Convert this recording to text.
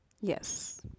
Yes